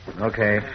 Okay